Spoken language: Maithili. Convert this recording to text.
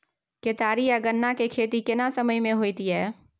केतारी आ गन्ना के खेती केना समय में होयत या?